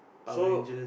so